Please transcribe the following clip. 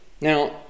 Now